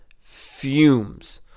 fumes